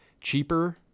cheaper